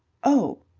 oh,